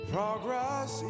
Progress